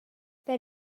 per